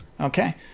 Okay